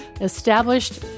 established